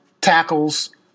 tackles